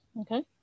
okay